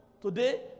today